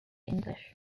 english